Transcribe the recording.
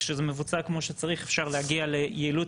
כשזה מבוצע כמו שצריך אפשר להגיע ליעילות